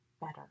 better